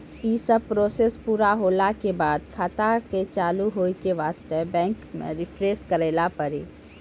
यी सब प्रोसेस पुरा होला के बाद खाता के चालू हो के वास्ते बैंक मे रिफ्रेश करैला पड़ी?